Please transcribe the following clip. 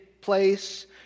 place